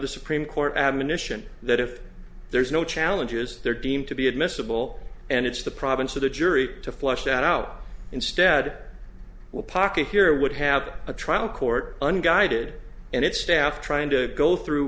the supreme court admonition that if there's no challenges they're deemed to be admissible and it's the province of the jury to flush out instead well pocket here would have a trial court unguided and it's staff trying to go through